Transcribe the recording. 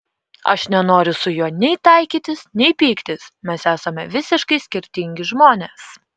aš nenoriu su juo nei taikytis nei pyktis mes esame visiškai skirtingi žmonės